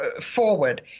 forward